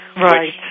Right